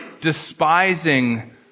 despising